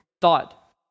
thought